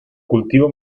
cultivos